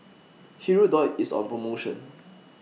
Hirudoid IS on promotion